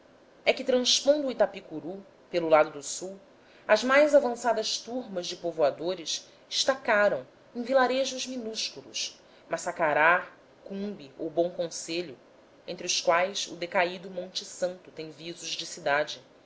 é que transpondo o itapicuru pelo lado do sul as mais avançadas turmas de povoadores estacaram em vilarejos minúsculos maçacará cumbe ou bom conselho entre os quais o decaído monte santo tem visos de cidade